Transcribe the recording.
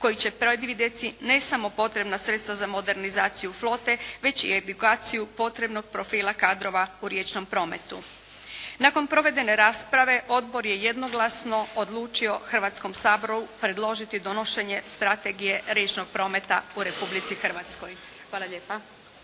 koji će predvidjeti ne samo potrebna sredstva za modernizaciju flote već i edukaciju potrebnog profila kadrova u riječnom prometu. Nakon provedene rasprave odbor je jednoglasno odlučio Hrvatskom saboru predložiti donošenje Strategije riječnog prometa u Republici Hrvatskoj. Hvala lijepa.